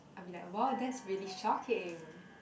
I'll be like !wow! that's really shocking